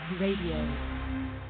Radio